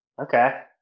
Okay